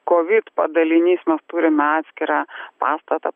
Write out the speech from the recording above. kovid padalinys mes turime atskirą pastatą